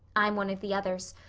i'm one of the others.